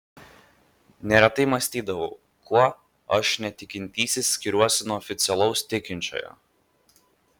neretai mąstydavau kuo aš netikintysis skiriuosi nuo oficialaus tikinčiojo